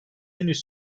henüz